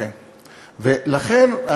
לכן,